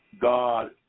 God